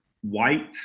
white